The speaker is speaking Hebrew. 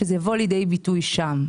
שזה יבוא לידי ביטוי שם,